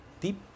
deep